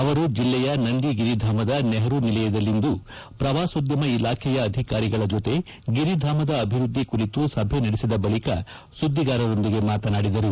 ಅವರು ಜಿಲ್ಲೆಯ ನಂದಿಗಿರಿಧಾಮದ ನೆಪರೂ ನಿಲಯದಲ್ಲಿಂದು ಪ್ರವಾಸೋದ್ತಮ ಇಲಾಖೆಯ ಅಧಿಕಾರಿಗಳ ಜೊತೆ ಗಿರಿಧಾಮದ ಅಭಿವೃದ್ಧಿ ಕುರಿತು ಸಭೆ ನಡೆಸಿದ ಬಳಿಕ ಸುದ್ದಿಗಾರೊಂದಿಗೆ ಮಾತನಾಡಿದರು